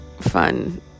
fun